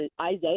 Isaiah